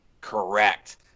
Correct